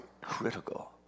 critical